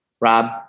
Rob